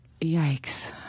Yikes